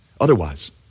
Otherwise